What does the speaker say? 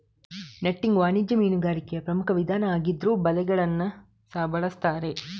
netting ವಾಣಿಜ್ಯ ಮೀನುಗಾರಿಕೆಯ ಪ್ರಮುಖ ವಿಧಾನ ಆಗಿದ್ರೂ ಬಲೆಗಳನ್ನ ಸಹ ಬಳಸ್ತಾರೆ